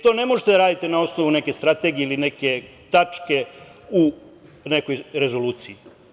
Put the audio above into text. To ne možete da radite na osnovu neke strategije ili neke tačke u nekoj rezoluciji.